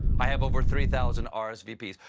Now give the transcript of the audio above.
i have over three thousand r s v p s.